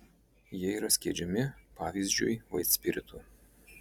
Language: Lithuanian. jie yra skiedžiami pavyzdžiui vaitspiritu